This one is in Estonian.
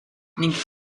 ning